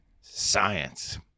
Science